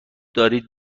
دارید